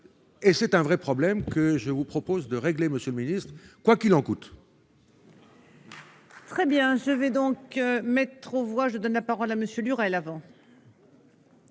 ! C'est un vrai problème que je vous invite à régler, monsieur le ministre, « quoi qu'il en coûte